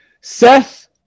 Seth